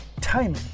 timing